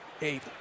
Eight